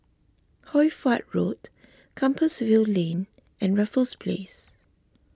Hoy Fatt Road Compassvale Lane and Raffles Place